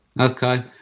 okay